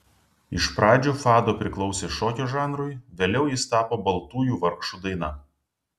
iš pradžių fado priklausė šokio žanrui vėliau jis tapo baltųjų vargšų daina